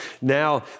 Now